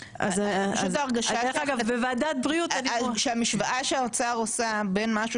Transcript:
פשוט ההרגשה שהמשוואה שהאוצר עושה בין משהו